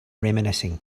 reminiscing